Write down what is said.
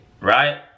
right